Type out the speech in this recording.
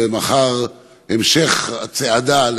ומחר המשך הצעדה,